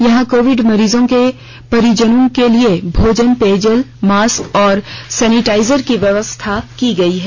यहां कोविड मरीजों के परिजनों के लिए भोजन पेयजल मास्क और सेनेटाइजर की व्यवस्था की गई है